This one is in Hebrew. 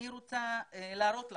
אני רוצה להראות לכם.